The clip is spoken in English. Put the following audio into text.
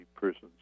person's